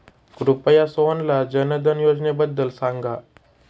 कृपया सोहनला जनधन योजनेबद्दल सांगा